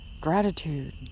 gratitude